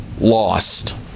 lost